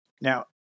now